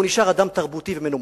הוא נשאר אדם תרבותי ומנומס.